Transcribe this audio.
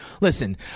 listen